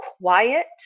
quiet